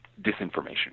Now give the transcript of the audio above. disinformation